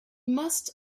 must